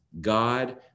God